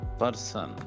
person